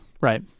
right